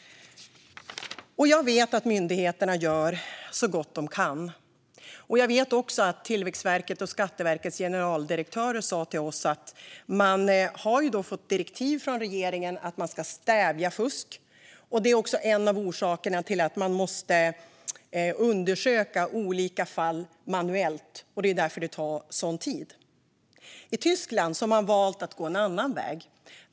Jag vet att myndigheterna gör så gott de kan. Jag vet också att Tillväxtverkets och Skatteverkets generaldirektörer sa till oss att de har fått direktiv från regeringen att de ska stävja fusk. Det är en av orsakerna till att olika fall undersöks manuellt, och det är därför det tar en sådan tid. I Tyskland har man valt att gå en annan väg.